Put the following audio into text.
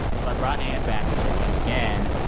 so i brought ann back to check in again.